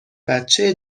بچه